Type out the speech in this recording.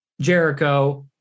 Jericho